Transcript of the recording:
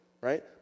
right